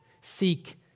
Seek